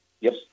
Yes